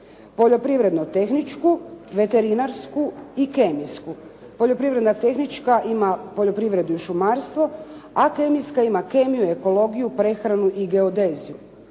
Poljoprivredno-tehničku, Veterinarsku i Kemijsku. Poljoprivredno-tehnička ima poljoprivredu i šumarstvo, a Kemijska ima kemiju, ekologiju, prehranu i geodeziju.